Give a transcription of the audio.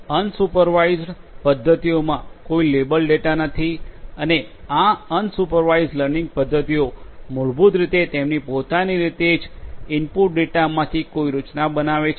તેથી અનસુપરવાઇઝડ પદ્ધતિઓમાં કોઈ લેબલ ડેટા નથી અને આ અનસુપરવાઇઝડ લર્નિંગ પદ્ધતિઓ મૂળભૂત રીતે તેમની પોતાની રીતે જ ઇનપુટ ડેટામાંથી કોઈ રચના બનાવે છે